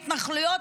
התנחלויות,